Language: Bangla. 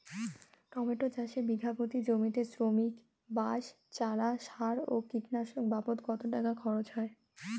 টমেটো চাষে বিঘা প্রতি জমিতে শ্রমিক, বাঁশ, চারা, সার ও কীটনাশক বাবদ কত টাকা খরচ হয়?